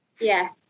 Yes